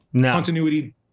continuity